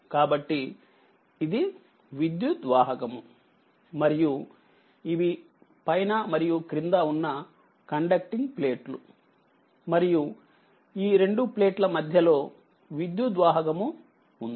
కాబట్టి ఇది విద్యుద్వాహకము మరియు ఇవి పైన మరియు క్రింద ఉన్న కండక్టింగ్ ప్లేట్లు మరియు ఈ రెండు ప్లేట్ల మధ్యలో విద్యుద్వాహకము ఉంది